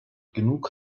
genug